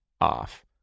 off